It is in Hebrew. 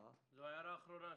זו ההערה האחרונה שלך.